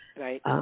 Right